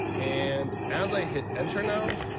and as i hit enter now,